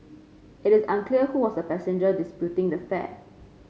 it is unclear who was the passenger disputing the fare